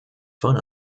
fun